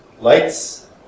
lights